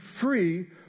free